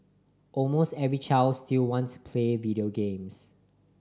almost every child still want to play video games